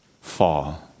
fall